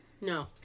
no